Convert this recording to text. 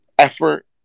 Effort